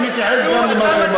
אני גם מתייחס למה שאמר ליברמן.